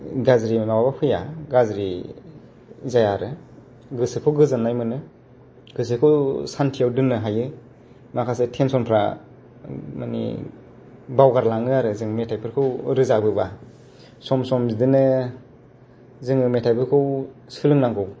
गाज्रि माबा फैया गाज्रि जाया आरो गोसोफ्राव गोजोननाय मोनो गोसोखौ शान्तियाव दोननो हायो माखासे टेन्सनफ्रा माने बावगारलाङो आरो जों मेथाइफोरखौ रोजाबो बा सम सम बिदिनो जोङो मेथाइफोरखौ सोलोंनांगौ